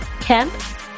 Kemp